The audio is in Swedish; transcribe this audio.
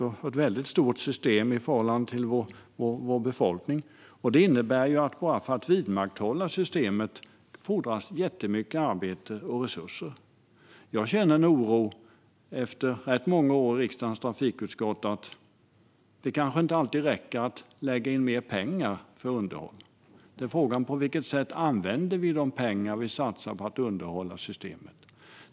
Det är ett väldigt stort system i förhållande till vår befolkning. Det innebär att bara för att vidmakthålla systemet fordras jättemycket arbete och resurser. Efter rätt många år i riksdagens trafikutskott känner jag en oro. Det kanske inte alltid räcker att skjuta till mer pengar för underhåll. Frågan är på vilket sätt vi använder de pengar som vi satsar för att underhålla systemet.